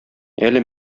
әле